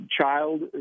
child